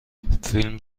فیلم